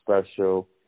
special